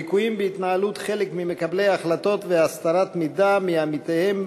ליקויים בהתנהלות חלק ממקבלי ההחלטות והסתרת מידע מעמיתיהם